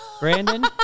Brandon